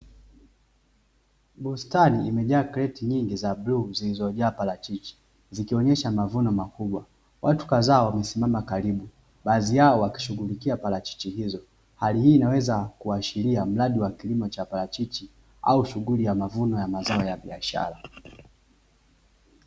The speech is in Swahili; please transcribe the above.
Bustani imejaa kreti nyingi za bluu zilizojaaa parachichi, zikionyesha mavuno makubwa. Watu kadhaa wamesimama karibu, baadhi yao wakishughulikia parachichi hizo. Hali hii inaweza kuashiria mradi wa kilimo cha parachichi au shughuli ya mavuno ya mazao ya biashara.